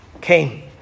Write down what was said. came